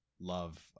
love